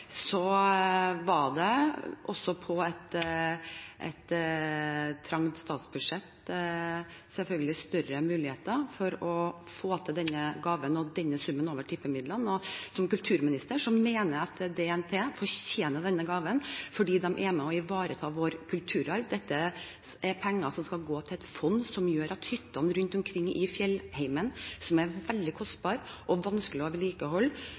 så var det på et trangt statsbudsjett selvfølgelig større muligheter å få til denne gaven, denne summen, over tippemidlene. Som kulturminister mener jeg at DNT fortjener denne gaven fordi de er med og ivaretar vår kulturarv. Dette er penger som skal gå til et fond som gjør at hyttene rundt omkring i fjellheimen, som er veldig kostbare og vanskelige å vedlikeholde,